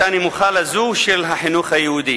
היתה נמוכה מזו של החינוך היהודי.